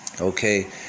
Okay